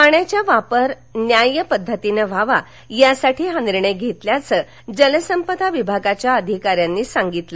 पाण्याच्या वापर न्याय्य पद्धतीनं व्हावा यासाठी हा निर्णय घेतल्याचं जलसंपदा विभागाच्या अधिकाऱ्यांनी सांगितलं